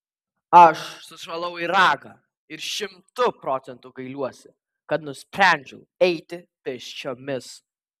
aš sušalau į ragą ir šimtu procentų gailiuosi kad nusprendžiau eiti pėsčiomis